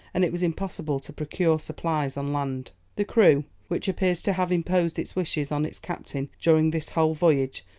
and it was impossible to procure supplies on land. the crew, which appears to have imposed its wishes on its captain during this whole voyage,